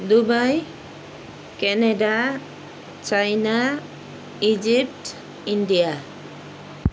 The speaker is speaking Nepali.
Dubai Canada China Egypt India